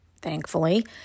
thankfully